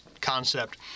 concept